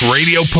Radio